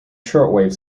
shortwave